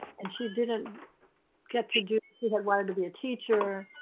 and she didn't get to do her, she had wanted to be a teacher,